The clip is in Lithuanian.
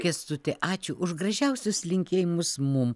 kęstuti ačiū už gražiausius linkėjimus mum